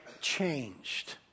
changed